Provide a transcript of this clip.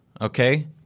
okay